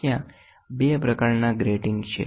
ત્યાં 2 પ્રકારના ગ્રેટિંગ છે